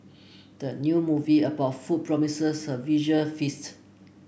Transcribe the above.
the new movie about food promises a visual feast